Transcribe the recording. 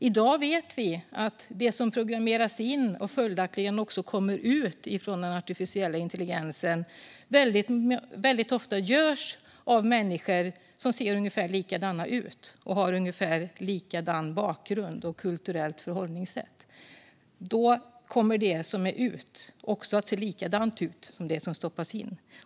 I dag vet vi att det som programmeras in i den artificiella intelligensen väldigt ofta görs av människor som ser ungefär likadana ut och som har ungefär likadan bakgrund och likadant kulturellt förhållningssätt. Det som kommer ut kommer att se likadant ut som det som stoppas in.